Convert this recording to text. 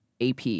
AP